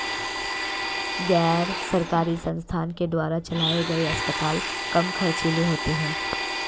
गैर सरकारी संस्थान के द्वारा चलाये गए अस्पताल कम ख़र्चीले होते हैं